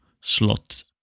slot